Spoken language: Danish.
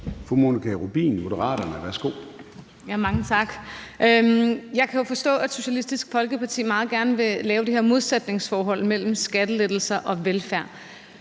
Monika Rubin (M): Mange tak. Jeg kan jo forstå, at Socialistisk Folkeparti meget gerne vil lave det her modsætningsforhold mellem skattelettelser og velfærd.